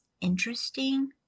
interesting